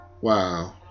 Wow